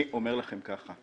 אומר כך: